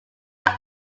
are